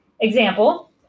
Example